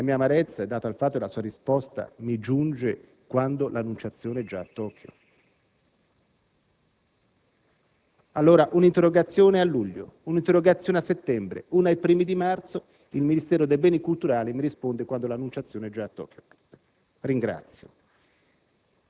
la mia amarezza è data dal fatto che la sua risposta mi giunge quando l'«Annunciazione» è già a Tokio. Allora, dopo un'interrogazione a luglio, una a settembre, una i primi di marzo, il Ministero dei beni culturali mi risponde quando l'«Annunciazione» è già a Tokio. Ringrazio.